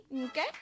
okay